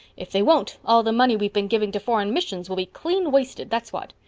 if they won't all the money we've been giving to foreign missions will be clean wasted, that's what!